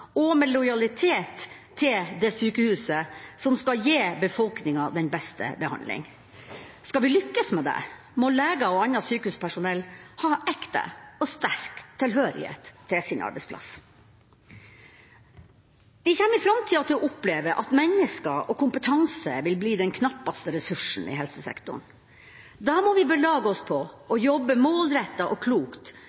og med lojalitet til det sykehuset som skal gi befolkninga den beste behandling. Skal vi lykkes med det, må leger og annet sykehuspersonell ha ekte og sterk tilhørighet til sin arbeidsplass. Vi kommer i framtida til å oppleve at mennesker og kompetanse vil bli den knappeste ressursen i helsesektoren. Da må vi belage oss på